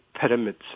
pyramids